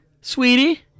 Sweetie